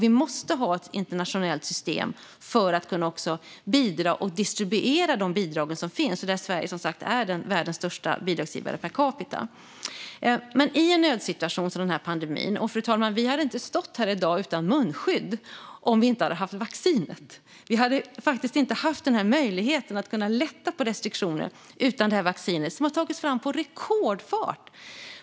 Vi måste ha ett internationellt system för att kunna bidra och distribuera de bidrag som finns. Sverige är som sagt världens största bidragsgivare per capita. Pandemin är en nödsituation, fru talman. Vi hade inte stått här i dag utan munskydd om vi inte hade haft vaccinet. Vi hade faktiskt inte haft den här möjligheten att lätta på restriktioner utan vaccinet, som har tagits fram i rekordfart.